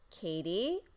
Katie